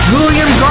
William